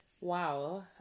Wow